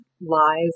lies